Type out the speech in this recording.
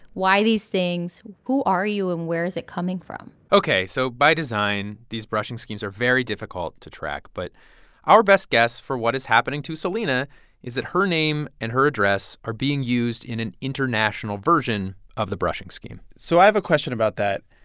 why these things? who are you, and where is it coming from? ok. so by design, these brushing schemes are very difficult to track. but our best guess for what is happening to celina is that her name and her address are being used in an international version of the brushing scheme so i a question about that.